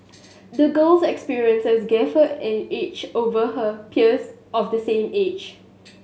the girl's experiences gave her an edge over her peers of the same age